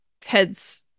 Ted's